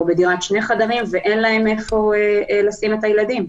שני חדרים ואין להם איפה לשים את הקטינים.